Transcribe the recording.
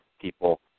people